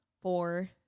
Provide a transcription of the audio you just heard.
four